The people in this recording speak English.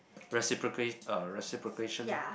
reciproc~ uh reciprocation loh